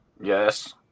Yes